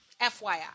FYI